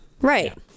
right